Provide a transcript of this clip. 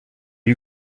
you